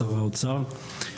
שר האוצר.